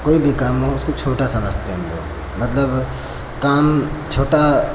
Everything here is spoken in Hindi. कोई भी काम हो उसको छोटा समझते हैं हम लोग मतलब काम छोटा